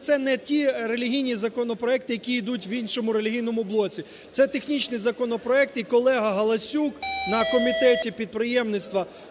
це не ті релігійні законопроекти, які йдуть в іншому релігійному блоці. Це технічний законопроект, і колега Галасюк на комітеті підприємництва